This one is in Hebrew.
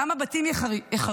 כמה בתים ייחרבו,